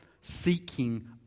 seeking